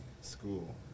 School